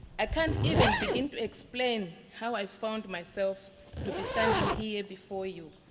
i can't even begin to explain how i found myself to be standing here before you.